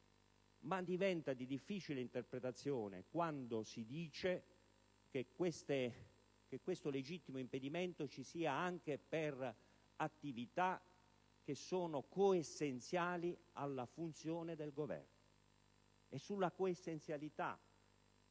ma diventa di difficile interpretazione quando si dice che questo legittimo impedimento ci sia anche per attività che sono coessenziali alla funzione di governo. È sulla coessenzialità